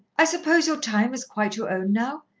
i suppose your time is quite your own now?